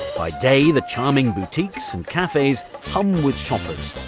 by day, the charming boutiques and cafes hum with shoppers,